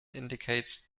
indicates